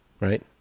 right